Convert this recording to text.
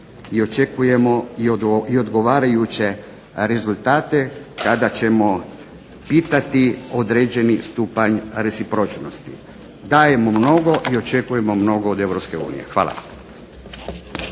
i očekujemo i odgovarajuće rezultate kada ćemo pitati određeni stupanj recipročnosti. Dajemo mnogo i očekujemo mnogo od Europske